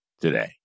today